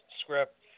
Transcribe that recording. script